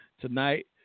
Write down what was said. Tonight